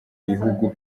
bihugu